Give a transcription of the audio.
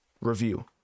review